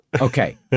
Okay